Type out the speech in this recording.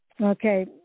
Okay